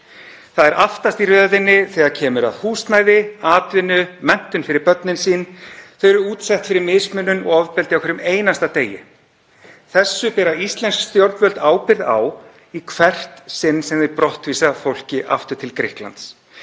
það er aftast í röðinni þegar kemur að húsnæði, atvinnu, menntun fyrir börnin sín. Þau eru útsett fyrir mismunun og ofbeldi á hverjum einasta degi. Þessu bera íslensk stjórnvöld ábyrgð á í hvert sinn sem þau brottvísa fólki aftur til Grikklands.